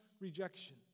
rejection